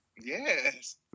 Yes